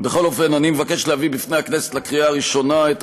בכל אופן אני מבקש להביא לכנסת בקריאה ראשונה את